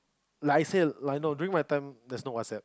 like I said like no during my time there's no WhatsApp